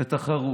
לתחרות.